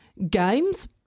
Games